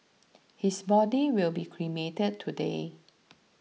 his body will be cremated today